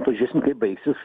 pažiūrėsim kaip baigsis